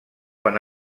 van